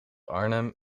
arnhem